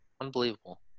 Unbelievable